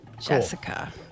Jessica